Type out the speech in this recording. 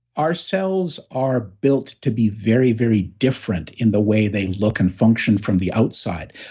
our cells are built to be very, very different in the way they look and function from the outside,